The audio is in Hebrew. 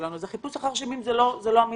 החיפוש אחר אשמים זה לא העניין.